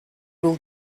will